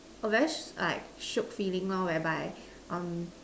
oh very like shiok feeling lor where by um